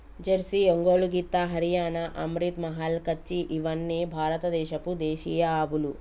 Jersey, Ongole గిత్త, హరియాణా, అమ్రిత్ మహల్, కచ్చి ఇవ్వని భారత దేశపు దేశీయ ఆవులు